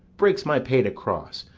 breaks my pate across?